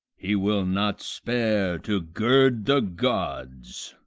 he will not spare to gird the gods.